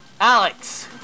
Alex